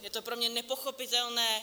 Je to pro mě nepochopitelné.